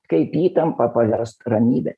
kaip įtampą paverst ramybe